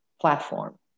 platform